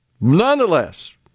Nonetheless